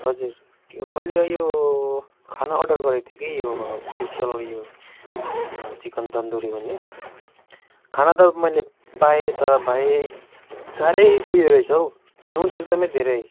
हजुर मैले यो खाना अर्डर गरेको थिएँ कि यो स्पेसियल यो चिकन तन्दुरी भन्ने खाना त मैले पाएँ तर भाइ साह्रै उयो रहेछ हौ नुन एकदमै धेरै